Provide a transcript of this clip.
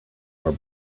are